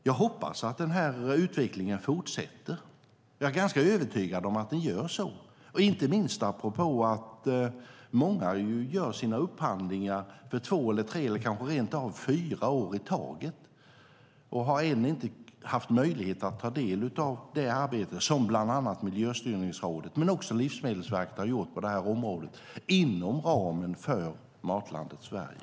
Jag hoppas att den här utvecklingen fortsätter, och jag är ganska övertygad om att den gör det - inte minst apropå att många gör sina upphandlingar för två, tre eller kanske rent av fyra år i taget och ännu inte har haft möjlighet att ta del av det arbete som bland annat Miljöstyrningsrådet och även Livsmedelsverket har gjort på området inom ramen för Matlandet Sverige.